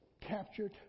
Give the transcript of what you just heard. captured